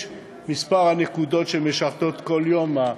מספר הנקודות שמשרתות בכל יום הוא פי-חמישה,